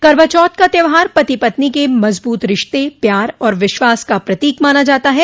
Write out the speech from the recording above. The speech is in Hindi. करवाचौथ का त्यौहार पति पत्नी के मजबूत रिश्ते प्यार और विश्वास का प्रतीक माना जाता है